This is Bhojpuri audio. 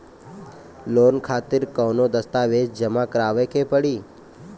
लोन खातिर कौनो दस्तावेज जमा करावे के पड़ी?